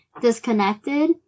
disconnected